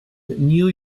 new